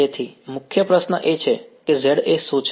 તેથી મુખ્ય પ્રશ્ન એ છે કે Za શું છે